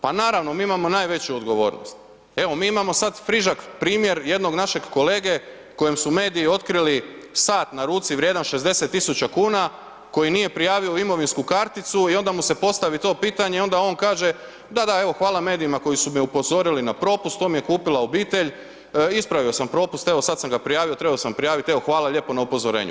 Pa naravno mi imamo najveću odgovornost, evo mi imamo sada friški primjer jednog našeg kolege kojem su mediji otkrili sat na ruci vrijedan 60 tisuća kuna koji nije prijavio u imovinsku karticu i onda mu se postavi to pitanje i onda on kaže, da, da, evo hvala medijima koji su me upozorili na propust, to mi je kupila obitelj, ispravio sam propust, evo sada sam ga prijavio, trebao sam prijaviti, evo hvala lijepo na upozorenju.